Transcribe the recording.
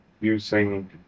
using